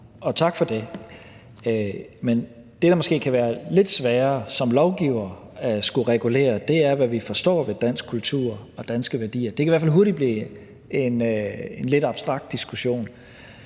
og tak for det. Men det, der måske kan være lidt sværere som lovgivere at skulle regulere, er, hvad vi forstår ved dansk kultur og danske værdier. Det kan i hvert fald hurtigt blive en lidt abstrakt diskussion.